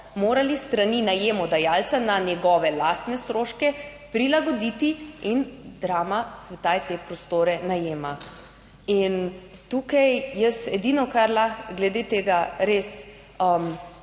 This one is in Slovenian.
Morali s strani najemodajalca, na njegove lastne stroške prilagoditi in drama sedaj te prostore najema. In tukaj jaz edino, kar lahko glede tega res